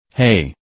Hey